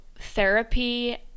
therapy